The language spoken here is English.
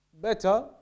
better